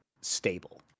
stable